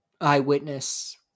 eyewitness